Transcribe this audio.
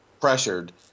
pressured